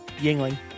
Yingling